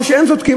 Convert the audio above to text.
או שהם צודקים,